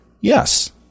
yes